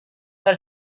her